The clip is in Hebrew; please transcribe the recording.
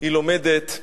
היא לומדת,